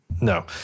No